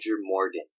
Morgan